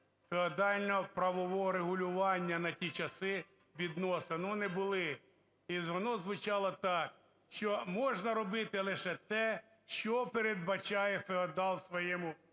феодального правового регулювання на ті часи відносин, вони були, і воно звучало так, що можна робити лише те, що передбачає феодал у своєму